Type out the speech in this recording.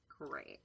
Great